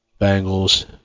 Bengals